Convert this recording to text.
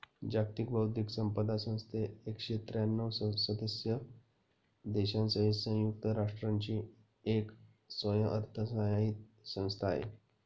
जागतिक बौद्धिक संपदा संस्था एकशे त्र्यांणव सदस्य देशांसहित संयुक्त राष्ट्रांची एक स्वयंअर्थसहाय्यित संस्था आहे